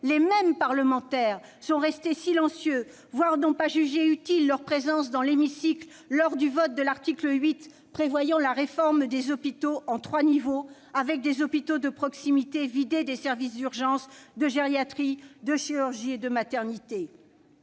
les mêmes parlementaires sont restés silencieux, voire n'ont pas jugé utile d'être présents dans l'hémicycle lors du vote de l'article 8 prévoyant la réforme des hôpitaux en trois niveaux, avec des hôpitaux de proximité vidés des services d'urgence, de gériatrie, de chirurgie et de maternité